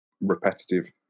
repetitive